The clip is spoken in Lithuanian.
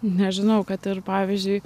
nežinau kad ir pavyzdžiui